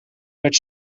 werd